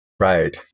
Right